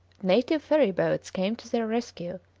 native ferry-boats came to their rescue,